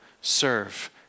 serve